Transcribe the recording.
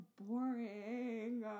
boring